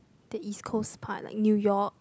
the east coast part like New York